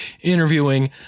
interviewing